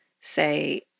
say